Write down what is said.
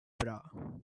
bra